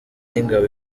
y’ingabo